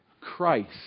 christ